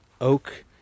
oak